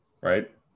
Right